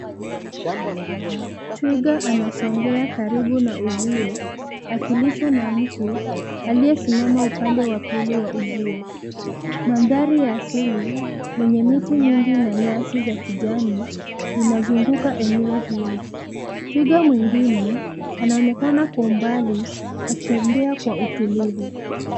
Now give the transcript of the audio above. Twiga anasongea karibu na uzio, akilishwa na mtu, aliyesimama upande wa pili wa uzio, mandhari ya asili, yenye miti mingi na nyasi za kijani, inazunguka eneo hili, twiga mwingine, anaonekana kwa umbali, akitembea kwa utulivu.